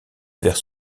vers